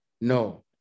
No